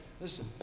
Listen